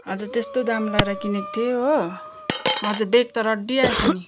हजुर त्यस्तो दाम लाएर किनेको थिएँ हो हजुर ब्याग त रड्डी आएछ नि